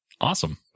Awesome